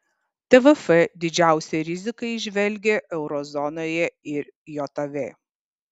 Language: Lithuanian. tvf didžiausią riziką įžvelgia euro zonoje ir jav